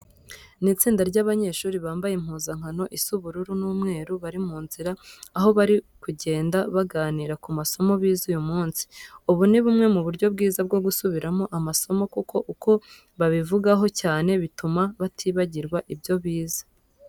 Ni itsinda ry'abanyeshuri bambaye impuzankano isa ubururu n'umweru, bari mu nzira aho bari kugenda baganira ku masomo bize uyu munsi. Ubu ni bumwe mu buryo bwiza bwo gusubiramo amasomo kuko uko babivugaho cyane bituma batibagirwa ibyo bize.